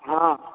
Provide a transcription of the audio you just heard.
ହଁ